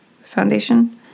Foundation